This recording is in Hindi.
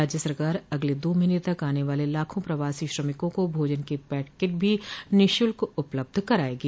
राज्य सरकार अगले दो महीने तक आने वाले लाखों प्रवासी श्रमिकों को भोजन के पैकेट भी निःशुल्क उपलब्ध कराएगी